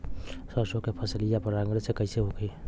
सरसो के फसलिया परागण से कईसे होई?